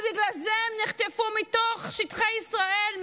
ובגלל זה הם נחטפו מתוך שטחי ישראל,